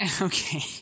Okay